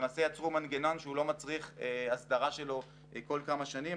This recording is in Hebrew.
ולמעשה יצרו מנגנון שלא מצריך הסדרה שלו כל כמה שנים,